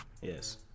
Yes